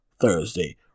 Thursday